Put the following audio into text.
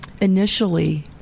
initially